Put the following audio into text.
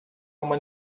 uma